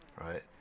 Right